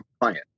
client